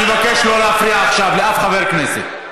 אני מבקש שלא להפריע עכשיו לאף חבר כנסת.